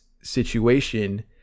situation